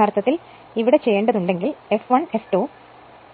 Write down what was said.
അതിനാൽ യഥാർത്ഥത്തിൽ ഇവിടെ ചെയ്യേണ്ടതുണ്ടെങ്കിൽ F1 F2 ഉം